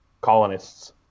colonists